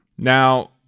Now